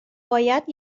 باید